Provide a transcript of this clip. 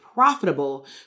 profitable